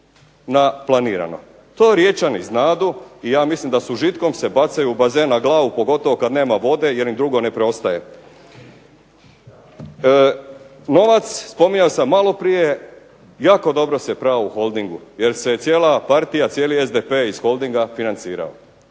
na planirano. To Riječani znadu i ja mislim da se s užitkom bacaju u bazen na glavu pogotovo kad nema vode jer im drugo ne preostaje. Novac, spominjao sam malo prije, jako dobro se prao u Holdingu, jer se je cijela partija, cijeli SDP iz Holdinga financirao.